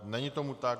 Není tomu tak.